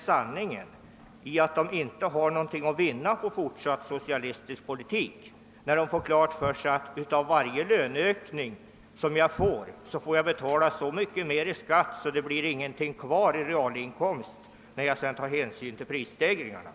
sanningen, nämligen att de inte har någonting att vinna på en fortsatt socialistisk politik, när de får klart för sig att av varje löneökning får de betala så mycket mer i skatt, att det inte på grund av prisstegringarna blir något kvar i realinkomst.